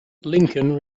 lincoln